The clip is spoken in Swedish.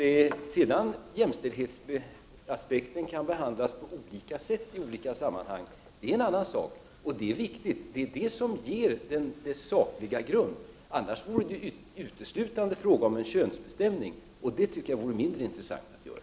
Det är en annan sak att jämställdhetsaspekten kan bli behandlad på olika sätt i olika sammanhang, och det är viktigt. Det är detta som ger den sakliga grunden. Annars vore det uteslutande fråga om en könsbestämning, och det vore mindre intressant att göra.